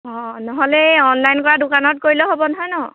অঁ নহ'লে এই অনলাইন কৰা দোকানত কৰিলেও হ'ব নহয় ন